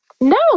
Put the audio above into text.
No